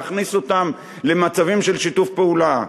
להכניס אותם למצבים של שיתוף פעולה.